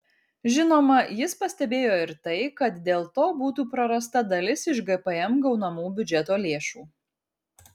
žinoma jis pastebėjo ir tai kad dėl to būtų prarasta dalis iš gpm gaunamų biudžeto lėšų